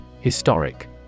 Historic